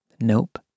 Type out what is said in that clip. Nope